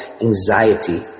anxiety